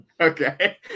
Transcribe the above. Okay